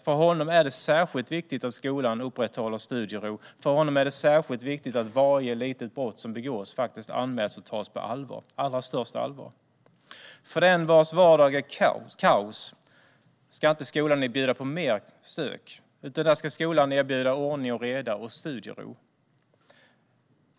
För honom är det särskilt viktigt att skolan upprätthåller studiero. För honom är det särskilt viktigt att varje litet brott som begås faktiskt anmäls och tas på allra största allvar. För den vars vardag är kaos ska skolan inte bjuda på mer stök utan ordning och reda och studiero.